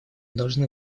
должны